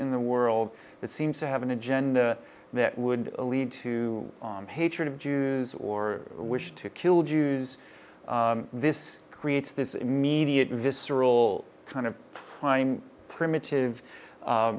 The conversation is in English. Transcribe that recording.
in the world that seems to have an agenda that would lead to hatred of jews or wish to kill jews this create this immediate visceral kind of time primitive